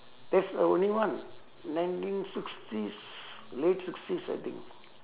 that's the only one nineteen sixties late sixties I think